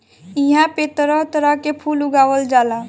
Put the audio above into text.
इहां पे तरह तरह के फूल उगावल जाला